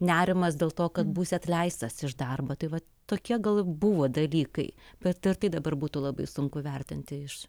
nerimas dėl to kad būsi atleistas iš darbo tai va tokie gal buvo dalykai bet ir tai dabar būtų labai sunku vertinti iš